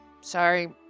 Sorry